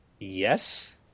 Yes